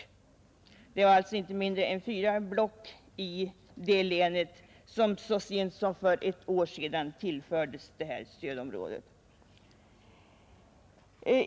Det var alltså inte mindre än fyra block i det länet som så sent som för ett år sedan tillfördes stödområdet.